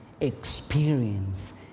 experience